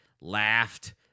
laughed